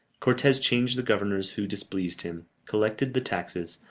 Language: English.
cortes changed the governors who displeased him, collected the taxes,